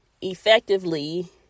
effectively